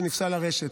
שנפסל לרשת.